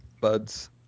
Buds